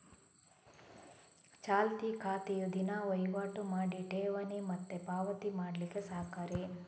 ಚಾಲ್ತಿ ಖಾತೆಯು ದಿನಾ ವೈವಾಟು ಮಾಡಿ ಠೇವಣಿ ಮತ್ತೆ ಪಾವತಿ ಮಾಡ್ಲಿಕ್ಕೆ ಸಹಕಾರಿ